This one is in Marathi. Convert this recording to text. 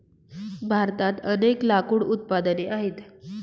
भारतात अनेक लाकूड उत्पादने आहेत